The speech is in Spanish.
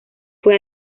fue